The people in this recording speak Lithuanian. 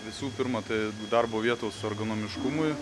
visų pirma tai darbo vietos ergonomiškumui